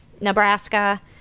Nebraska